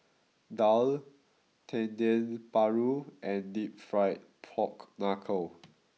Daal Dendeng Paru and Deep Fried Pork Knuckle